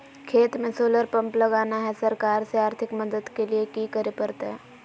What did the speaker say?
खेत में solar pump लगाना है, सरकार से आर्थिक मदद के लिए की करे परतय?